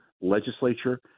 legislature